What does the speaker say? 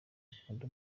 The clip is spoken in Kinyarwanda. akunda